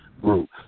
group